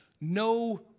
no